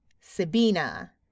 Sabina